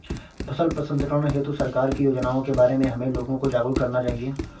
फसल प्रसंस्करण हेतु सरकार की योजनाओं के बारे में हमें लोगों को जागरूक करना चाहिए